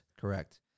Correct